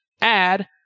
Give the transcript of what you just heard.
add